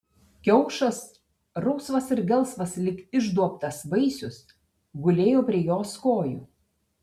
kiaušas rausvas ir gelsvas lyg išduobtas vaisius gulėjo prie jos kojų